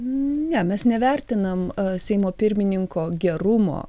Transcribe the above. ne mes nevertinam seimo pirmininko gerumo